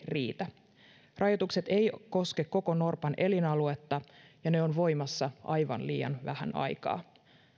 riitä rajoitukset eivät koske koko norpan elinaluetta ja ne ovat voimassa aivan liian vähän aikaa